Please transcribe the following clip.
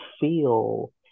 feel